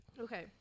Okay